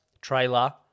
Trailer